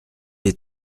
est